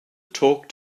talk